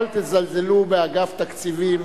אל תזלזלו באגף תקציבים.